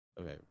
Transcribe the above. Okay